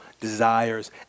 desires